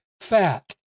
fat